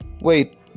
wait